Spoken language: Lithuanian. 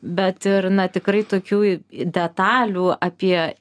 bet ir na tikrai tokių detalių apie